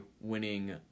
winning